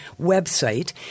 website